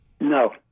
No